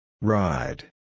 Ride